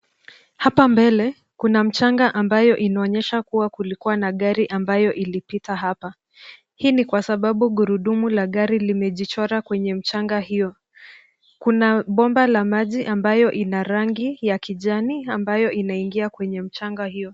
Hapa mbele kuna mchanga ambayo inaonyesha kuwa kulikuwa na gari ambayo ilipita hapa. Hii ni kwa sababu gurudumu la gari limejichora kwenye mchanga hiyo. Kuna bomba la maji ambayo ina rangi ya kijani ambayo inaingia kwenye mchanga hiyo.